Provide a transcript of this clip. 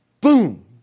boom